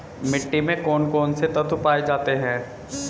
मिट्टी में कौन कौन से तत्व पाए जाते हैं?